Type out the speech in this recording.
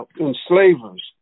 enslavers